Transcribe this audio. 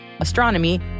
astronomy